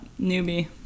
Newbie